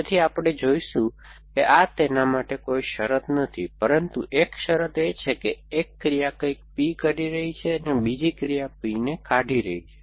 તેથી આપણે જોઈશું કે આ તેના માટે કોઈ શરત નથી પરંતુ એક શરત એ છે કે એક ક્રિયા કંઈક P કરી રહી છે અને બીજી ક્રિયા P ને કાઢી રહી છે